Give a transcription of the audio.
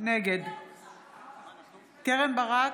נגד קרן ברק,